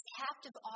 captive